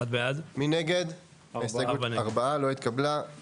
הצבעה בעד, 1 נגד, 4 נמנעים,